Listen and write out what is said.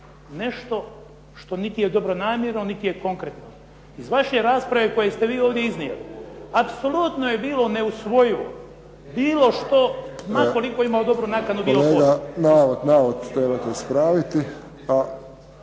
nešto što niti je dobronamjerno niti je konkretno. Iz vaše rasprave koju ste vi ovdje iznijeli, apsolutno je bilo neusvojivo bilo što ma koliko imao dobru nakanu … **Friščić, Josip (HSS)** Navod trebate ispraviti,